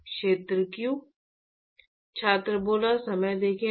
क्षेत्र क्यों